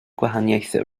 gwahaniaethau